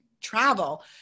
travel